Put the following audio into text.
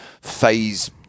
phase